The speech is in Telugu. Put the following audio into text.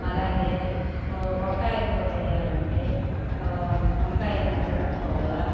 అలాగే కూ వంకాయకూర జేయాలంటే పా వంకాయల్ని తరుక్కోవాల